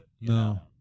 no